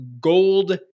gold